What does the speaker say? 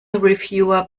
reviewer